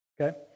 Okay